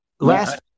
Last